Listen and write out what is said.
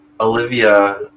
Olivia